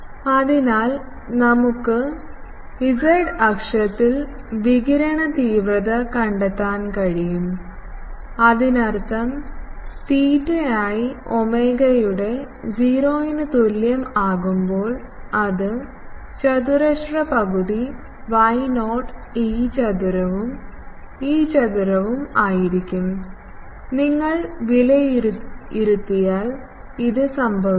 അതിനാൽ നമുക്ക് z അക്ഷത്തിൽ വികിരണ തീവ്രത കണ്ടെത്താൻ കഴിയും അതിനർത്ഥം തീറ്റയി ഒമേഗയുടെ 0 ന് തുല്യം ആകുമ്പോൾ അത് ചതുരശ്ര പകുതി y0 E ചതുരവും E ചതുരവും ആയിരിക്കും നിങ്ങൾ വിലയിരുത്തിയാൽ ഇത് സംഭവിക്കും